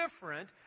different